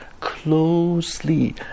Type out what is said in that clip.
closely